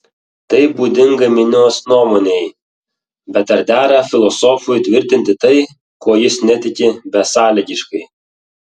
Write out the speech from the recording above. tai būdinga minios nuomonei bet ar dera filosofui tvirtinti tai kuo jis netiki besąlygiškai